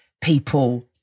people